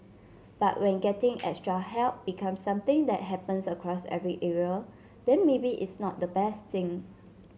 but when getting extra help becomes something that happens across every area then maybe it's not the best thing